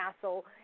castle